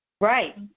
Right